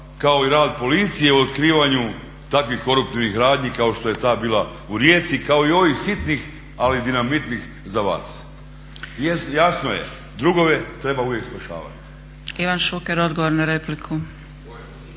kao i rad policije u otkrivanju takvih koruptivnih radnji kao što je ta bila u Rijeci, kao i ovih sitnih ali dinamitnih za vas. Jer jasno je drugove treba uvijek spašavati.